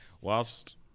whilst